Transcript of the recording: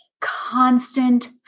constant